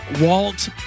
Walt